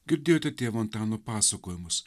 girdėjot tėvo antano pasakojimus